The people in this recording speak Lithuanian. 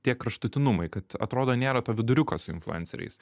tie kraštutinumai kad atrodo nėra to viduriuko su influenceriais